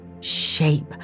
shape